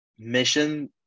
mission